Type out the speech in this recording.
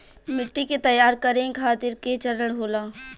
मिट्टी के तैयार करें खातिर के चरण होला?